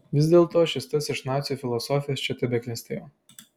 vis dėlto šis tas iš nacių filosofijos čia tebeklestėjo